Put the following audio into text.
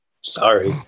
Sorry